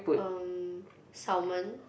um salmon